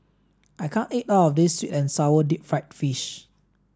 I can't eat all of this sweet and sour deep fried fish